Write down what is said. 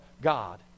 God